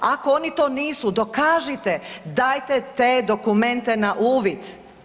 Ako oni to nisu, dokažite, dajte te dokumente na uvid.